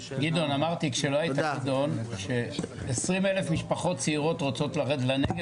אמרתי קודם ש-20 אלף משפחות צעירות רוצות לרדת לנגב.